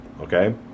okay